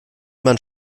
man